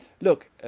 Look